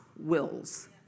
wills